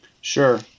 Sure